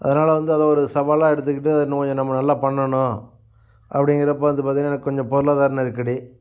அதனால் வந்து அதை ஒரு சவாலை எடுத்துக்கிட்டு இன்னும் கொஞ்சம் நம்ம நல்லா பண்ணணும் அப்படிங்கிறப்ப வந்து பார்த்திங்ன்னா எனக்கு கொஞ்சம் பொருளாதார நெருக்கடி